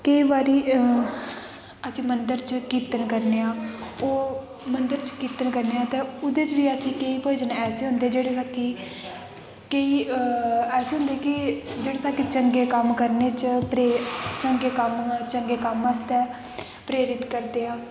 केईं बारी अस मंदर च कीर्तन करने आं ओह् मंदर च कीर्तन करने आं ते उ'दे च बी असें केईं भजन ऐसे होंदे कि जेह्ड़े कि कि ऐसे होंदे कि जेह्ड़े साढ़े चंगे कम्म करने च चंगे कम्म चंगे कम्म आस्तै प्रेरित करदे आं